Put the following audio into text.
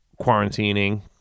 quarantining